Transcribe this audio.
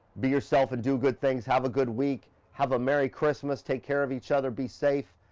be yourself and do good things. have a good week, have a merry christmas, take care of each other, be safe,